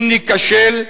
אם ניכשל,